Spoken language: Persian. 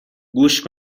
گوش